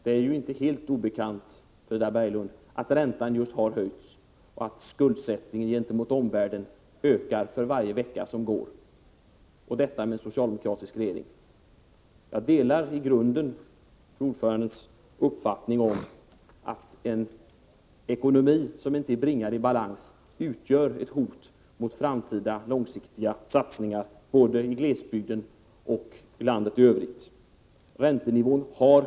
Det torde icke vara helt obekant ens för Frida Berglund att räntan just har höjts och att skuldsättningen gentemot omvärlden ökar för varje vecka som går — och detta med en socialdemokratisk regering. Jag delar i grunden fru ordförandens uppfattning om att en ekonomi som inte är bringad i balans utgör ett hot mot framtida långsiktiga satsningar, både i glesbygden och i landet i övrigt.